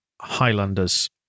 Highlanders